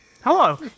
Hello